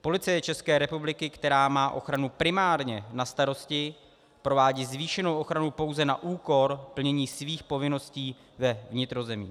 Policie České republiky, která má ochranu primárně na starosti, provádí zvýšenou ochranu pouze na úkor plnění svých povinností ve vnitrozemí.